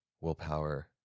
willpower